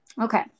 Okay